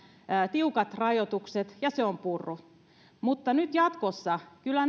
tiukat rajoitukset ja se on purrut mutta nyt jatkossa kyllä